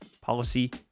policy